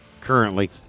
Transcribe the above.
Currently